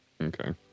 Okay